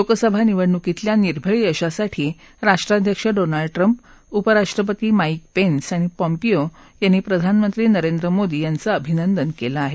लोकसभा निवडणुकीतल्या निर्भेळ यशासाठी राष्ट्राध्यक्ष डोनाल्ड ट्रम्प उपराष्ट्रपती माईक पेन्स आणि पॉम्पीओ यांनी प्रधानमंत्री नरेंद्र मोदी यांचं अभिनंदन केलं आहे